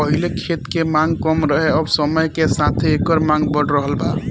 पहिले खेत के मांग कम रहे अब समय के साथे एकर मांग बढ़ रहल बा